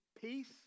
peace